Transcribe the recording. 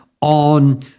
on